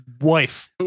Wife